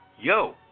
yo